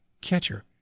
catcher